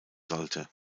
sollte